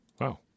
Wow